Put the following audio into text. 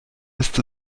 ist